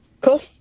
Cool